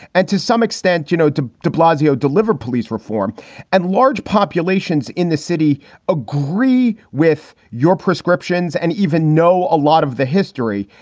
and to some extent, you know, de blasio delivered police reform and large populations in the city agree with your prescriptions and even know a lot of the history.